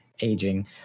aging